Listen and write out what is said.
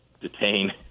detain